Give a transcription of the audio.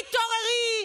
תתעוררי.